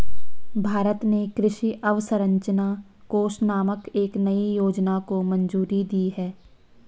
भारत ने कृषि अवसंरचना कोष नामक एक नयी योजना को मंजूरी दी है